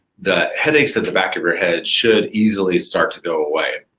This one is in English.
the headaches at the back of your head, should easily start to go away.